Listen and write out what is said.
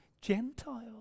Gentiles